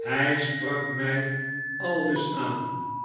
hy sprak my aldus aan